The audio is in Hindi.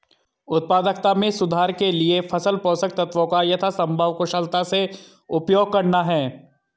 उत्पादकता में सुधार के लिए फसल पोषक तत्वों का यथासंभव कुशलता से उपयोग करना है